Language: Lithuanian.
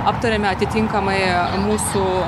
aptarėme atitinkamai mūsų